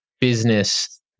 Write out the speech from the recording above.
business